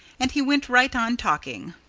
and he went right on talking.